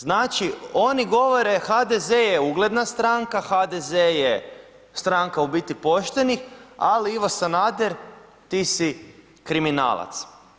Znači oni govore, HDZ je ugledna stranka, HDZ je stranka u biti poštenih, ali Ivo Sanader, ti si kriminalac.